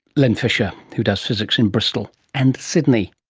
len fisher, who does physics in bristol and sydney